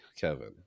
Kevin